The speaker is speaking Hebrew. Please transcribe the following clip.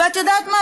ואת יודעת מה?